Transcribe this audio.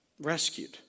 Rescued